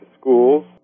schools